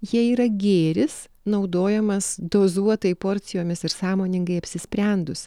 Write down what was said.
jie yra gėris naudojamas dozuotai porcijomis ir sąmoningai apsisprendus